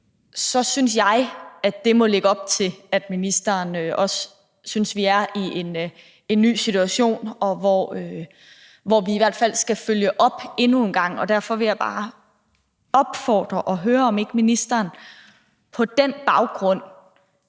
synes jeg, det må lægge op til, at ministeren også synes, at vi er i en ny situation, hvor vi i hvert fald skal følge op endnu en gang. Derfor vil jeg bare opfordre ministeren til og høre om ikke ministeren på den baggrund